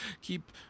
keep